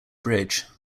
bridge